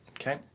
Okay